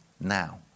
now